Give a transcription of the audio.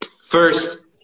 first